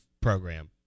program